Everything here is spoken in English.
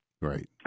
Right